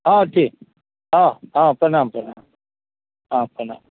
हँ ठीक हँ हँ प्रणाम प्रणाम हँ प्रणाम